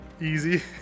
easy